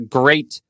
great